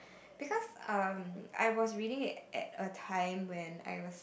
because um I was reading it at a time when I was